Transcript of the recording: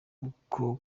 ukwo